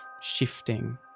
shifting